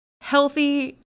healthy